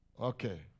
Okay